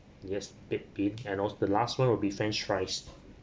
yes baked bean and also the last one will be french fries